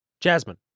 Jasmine